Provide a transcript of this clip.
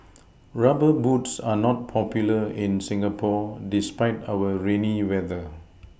rubber boots are not popular in Singapore despite our rainy weather